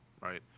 right